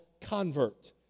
convert